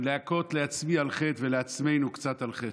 להכות לעצמי על חטא ולעצמנו קצת על חטא,